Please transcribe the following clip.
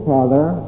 Father